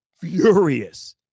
furious